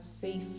safe